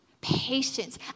patience